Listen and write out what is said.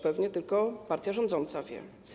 Pewnie tylko partia rządząca to wie.